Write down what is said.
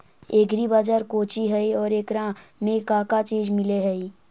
Agri बाजार कोची हई और एकरा में का का चीज मिलै हई?